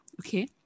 okay